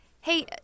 Hey